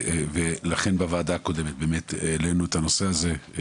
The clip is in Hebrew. לכן בישיבה הקודמת העלינו את הנושא הזה.